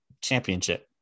championship